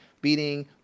Beating